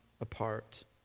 apart